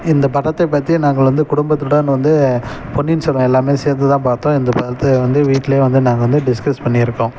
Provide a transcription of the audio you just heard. இந்த படத்தை பற்றி நாங்கள் வந்து குடும்பத்துடன் வந்து பொன்னியின் செல்வன் எல்லாமே சேர்ந்து தான் பாத்தோம் இந்த படத்தை வந்து வீட்டிலையும் வந்து நாங்கள் வந்து டிஸ்கஸ் பண்ணியிருக்கோம்